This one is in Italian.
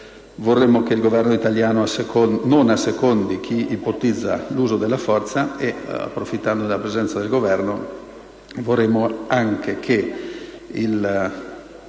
Vorremmo che il Governo italiano non assecondasse chi ipotizza l'uso della forza e, approfittando della presenza del Governo, vorremmo anche che questo episodio